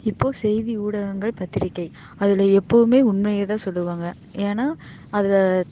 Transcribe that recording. இப்போது செய்தி ஊடகங்கள் பத்திரிக்கை அதில் எப்போவும் உண்மையை தான் சொல்லுவாங்க ஏன்னா